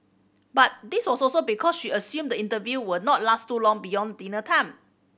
but this was also because she assumed the interview will not last too long beyond dinner time